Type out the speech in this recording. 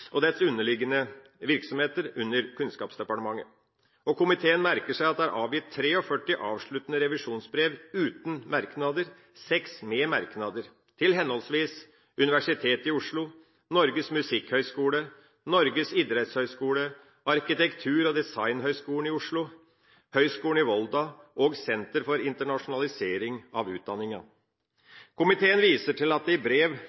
og dets underliggende virksomheter. Komiteen merker seg at det er avgitt 43 avsluttende revisjonsbrev uten merknader og seks med merknader til henholdsvis Universitetet i Oslo, Norges musikkhøgskole, Norges idrettshøgskole, Arkitektur- og designhøgskolen i Oslo, Høgskulen i Volda og Senter for internasjonalisering av utdanning. Komiteen viser til at den i brev